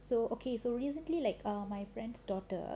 so okay so basically like err my friend's daughter